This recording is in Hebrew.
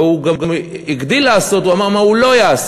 והוא גם הגדיל לעשות ואמר מה הוא לא יעשה.